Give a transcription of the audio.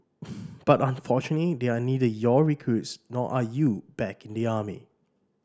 but unfortunately they are neither your recruits nor are you back in the army